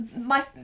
my-